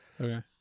Okay